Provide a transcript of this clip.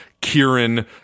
Kieran